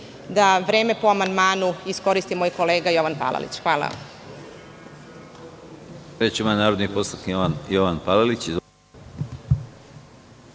da vreme po amandmanu iskoristi moj kolega Jovan Palalić. Hvala